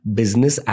business